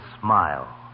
smile